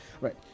right